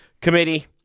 committee